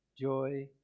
joy